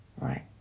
Right